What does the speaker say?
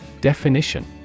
Definition